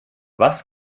was